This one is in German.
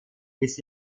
bis